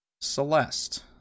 Celeste